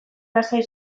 lasai